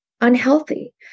unhealthy